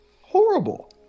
Horrible